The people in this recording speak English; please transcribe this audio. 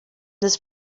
this